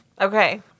Okay